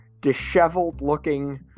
disheveled-looking